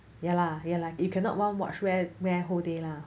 ya lah ya lah you cannot one watch wear wear whole day lah